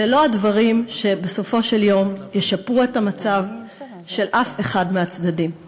אלה לא הדברים שבסופו של דבר ישפרו את המצב של אף אחד מהצדדים.